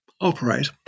operate